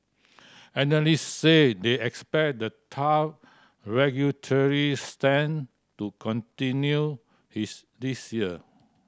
analyst say they expect the tough regulatory stand to continue his this year